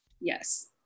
Yes